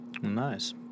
Nice